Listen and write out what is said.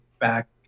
back